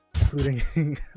Including